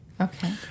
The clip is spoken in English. Okay